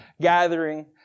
gathering